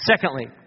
Secondly